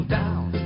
down